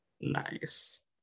Nice